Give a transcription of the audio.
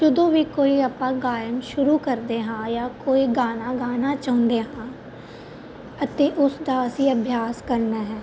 ਜਦੋਂ ਵੀ ਕੋਈ ਆਪਾਂ ਗਾਇਨ ਸ਼ੁਰੂ ਕਰਦੇ ਹਾਂ ਜਾਂ ਕੋਈ ਗਾਣਾ ਗਾਉਣਾ ਚਾਹੁੰਦੇ ਹਾਂ ਅਤੇ ਉਸ ਦਾ ਅਸੀਂ ਅਭਿਆਸ ਕਰਨਾ ਹੈ